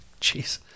Jeez